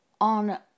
on